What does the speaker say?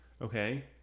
Okay